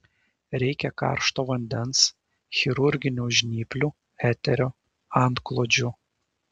reikia karšto vandens chirurginių žnyplių eterio antklodžių